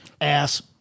ass